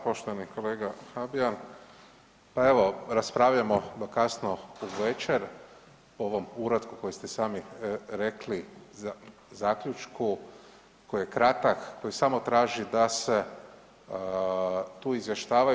Poštovani kolega Habijan pa evo, raspravljamo do kasno u večer o ovom uratku koji ste sami rekli zaključku koji je kratak, koji samo traži da se tu izvještava.